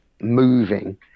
moving